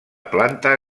planta